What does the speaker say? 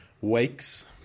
weeks